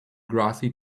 grassy